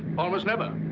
almost never.